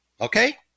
Okay